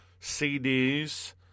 CDs